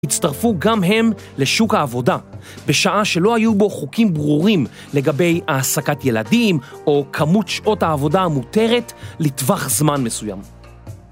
הצטרפו גם הם לשוק העבודה, בשעה שלא היו בו חוקים ברורים לגבי העסקת ילדים או כמות שעות העבודה המותרת לטווח זמן מסוים.